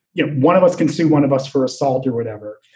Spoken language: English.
you know one of us can see one of us for assault or whatever.